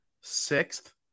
sixth